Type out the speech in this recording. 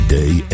day